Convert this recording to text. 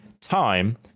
time